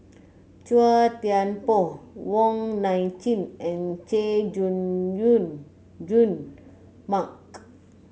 Chua Thian Poh Wong Nai Chin and Chay Jung Jun Jun Mark